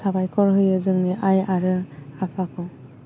साबायखर होयो जोंनि आइ आरो आफाखौ